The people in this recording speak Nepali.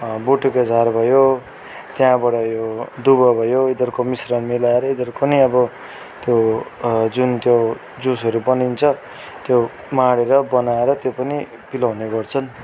बोटुके झार भयो त्यहाँबाट यो दुबो भयो यिनीहरूको मिस्रण मिलाएर यिनीहरूको नै अब त्यो जुन त्यो जुसहरू बनिन्छ त्यो माडेर बनाएर त्यो पनि पिलाउने गर्छन्